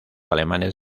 alemanes